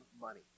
money